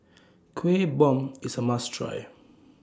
Kuih Bom IS A must Try